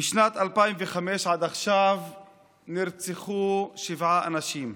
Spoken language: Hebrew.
משנת 2005 עד עכשיו נרצחו שבעה אנשים,